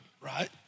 Right